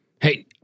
Hey